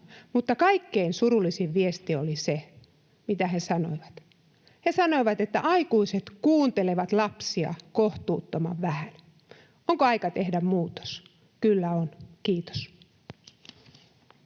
mutta kaikkein surullisin viesti oli, kun he sanoivat, että aikuiset kuuntelevat lapsia kohtuuttoman vähän. Onko aika tehdä muutos? Kyllä on. — Kiitos.